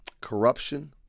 corruption